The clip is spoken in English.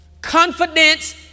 Confidence